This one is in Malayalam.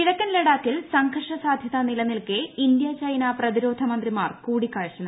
കിഴക്കൻ ലഡാക്കിൽ സംഘർഷ സാധൃത നിലനിൽക്കെ ഇന്ത്യ ചൈന പ്രതിരോധ മന്ത്രിമാർ കൂടിക്കാഴ്ച നടത്തി